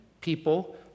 people